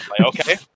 Okay